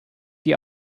die